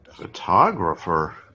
Photographer